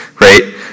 right